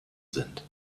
sind